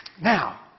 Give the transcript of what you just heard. Now